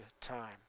time